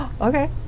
okay